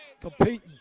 competing